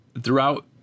throughout